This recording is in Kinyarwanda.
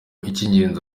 icy’ingenzi